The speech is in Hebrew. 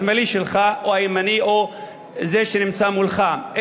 השמאלי שלך או הימני או זה שנמצא מולך,